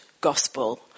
gospel